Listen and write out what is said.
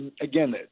again